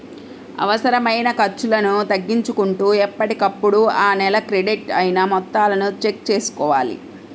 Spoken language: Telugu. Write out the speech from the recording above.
అనవసరమైన ఖర్చులను తగ్గించుకుంటూ ఎప్పటికప్పుడు ఆ నెల క్రెడిట్ అయిన మొత్తాలను చెక్ చేసుకోవాలి